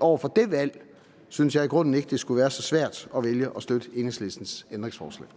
Over for det valg synes jeg i grunden ikke det skulle være så svært at vælge at støtte Enhedslistens ændringsforslag.